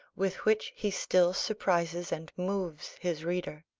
with which he still surprises and moves his reader.